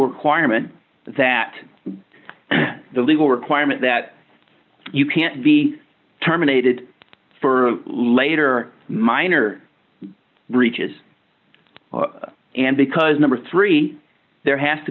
requirement that the legal requirement that you can't be terminated for later minor breaches and because number three there has to